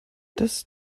das